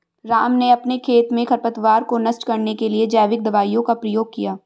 राम ने अपने खेत में खरपतवार को नष्ट करने के लिए जैविक दवाइयों का प्रयोग किया